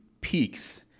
peaks